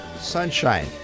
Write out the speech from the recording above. sunshine